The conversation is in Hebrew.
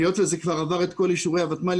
היות וזה כבר עבר את כל אישורי הוותמ"ל,